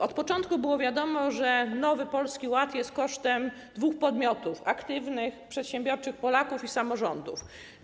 Od początku było wiadomo, że Nowy Polski Ład jest wprowadzany kosztem dwóch podmiotów: aktywnych, przedsiębiorczych Polaków i samorządów.